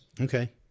Okay